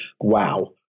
Wow